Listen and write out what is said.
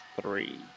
three